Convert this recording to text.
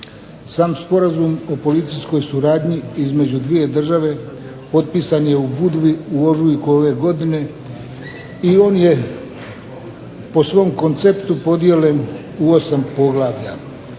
Sam sporazum o policijskoj suradnji između dvije države potpisan je u Budvi u ožujku ove godine i on je po svom konceptu podijeljen u osam poglavlja.